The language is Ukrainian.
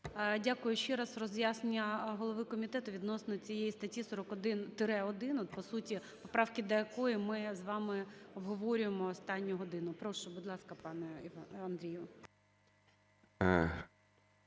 Дякую ще раз. Роз'яснення голови комітету відносно цієї статті 41-1, от по суті поправки до якої ми з вами обговорюємо останню годину. Прошу, будь ласка, пане Андрію.